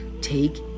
take